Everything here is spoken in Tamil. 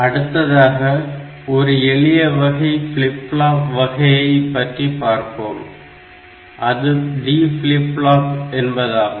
அடுத்ததாக ஒரு எளிய வகை ஃபிளிப் ஃப்ளாப் வகையை பற்றி பார்ப்போம் அது D ஃபிளிப் ஃப்ளாப் ஆகும்